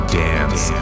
dance